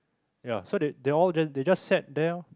ya so they they all they just sat there loh